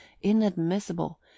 inadmissible